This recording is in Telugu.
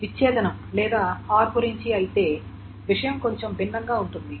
విచ్ఛేదనం లేదా OR గురించి అయితే విషయం కొద్దిగా భిన్నంగా ఉంటుంది